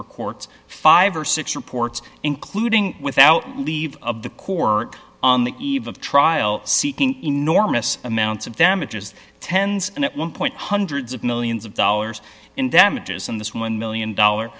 reports five or six reports including without leave of the core on the eve of trial seeking enormous amounts of damages tens and at one point hundreds of millions of dollars in damages in this one million dollar